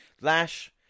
Lash